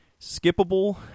skippable